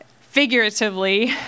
figuratively